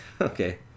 Okay